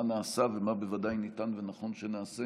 מה נעשה, ומה בוודאי ניתן ונכון שנעשה